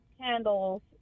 candles